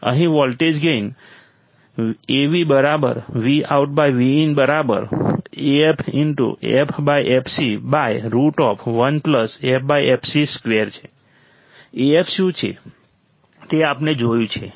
અહીં voltage gain Voltage Gain VoutVin AF ffc1 ffc2 Af શું છે તે આપણે જોયું છે